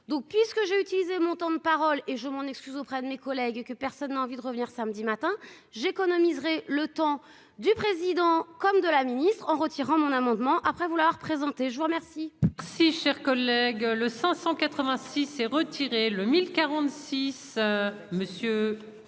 d'puisque j'ai utilisé mon temps de parole et je m'en excuse auprès de mes collègues, que personne n'a envie de revenir samedi matin j'économiserait le temps du président comme de la ministre, en retirant mon amendement, après vous avoir présenté, je vous remercie.